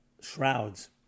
shrouds